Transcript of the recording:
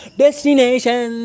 destination